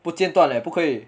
不间断 leh 不可以